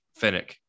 finnick